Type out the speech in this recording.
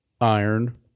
Iron